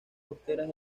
costeras